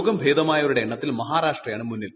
രോഗം ഭേദമായവരുടെ എണ്ണത്തിൽ മഹാരാഷ്ട്രയാണ് മുന്നിൽ